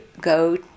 go